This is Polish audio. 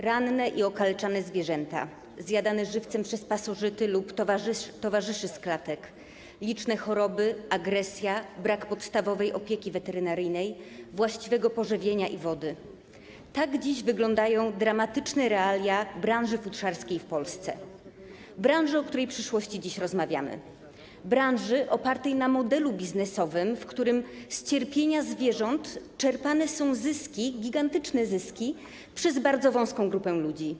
Ranne i okaleczane zwierzęta, zjadane żywcem przez pasożyty lub towarzyszy z klatek, liczne choroby, agresja, brak podstawowej opieki weterynaryjnej, właściwego pożywienia i wody - tak dziś wyglądają dramatyczne realia branży futrzarskiej w Polsce, branży, o której przyszłości dziś rozmawiamy, branży opartej na modelu biznesowym, w którym z cierpienia zwierząt czerpane są gigantyczne zyski przez bardzo wąską grupę ludzi.